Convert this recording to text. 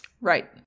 Right